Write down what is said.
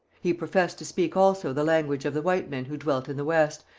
he professed to speak also the language of the white men who dwelt in the west,